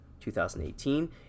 2018